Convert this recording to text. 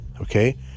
Okay